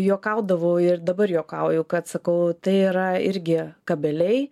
juokaudavau ir dabar juokauju kad sakau tai yra irgi kabeliai